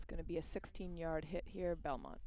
it's going to be a sixteen yard hit here belmont